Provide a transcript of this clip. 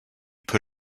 put